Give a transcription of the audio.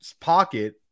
pocket